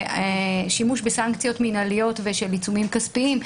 ושימוש בסנקציות מינהליות ושל עיצומים כספיים.